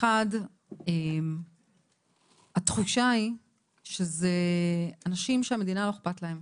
אחד, התחושה היא שזה אנשים שהמדינה לא אכפת לה.